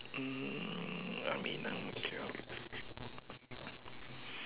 um I mean I'm okay ya